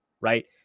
right